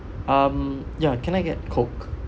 um ya can I get coke